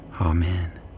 Amen